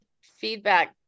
feedback